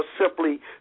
simply